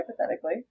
Hypothetically